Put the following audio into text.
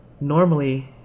Normally